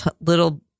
little